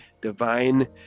divine